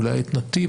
אולי את נתיב,